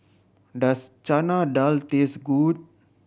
does Chana Dal taste good